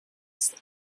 ist